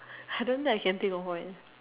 I don't think I can think of one